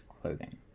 clothing